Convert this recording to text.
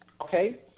Okay